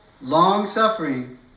long-suffering